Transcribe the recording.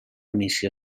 missió